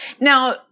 Now